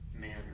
manner